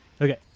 Okay